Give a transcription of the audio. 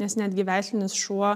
nes netgi veislinis šuo